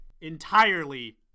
entirely